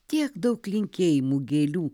tiek daug linkėjimų gėlių